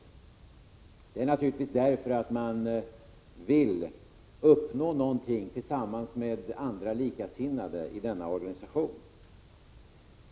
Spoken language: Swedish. Anledningen till medlemskapet är naturligtvis att man vill uppnå någonting tillsammans med likasinnade i denna organisation.